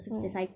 hmm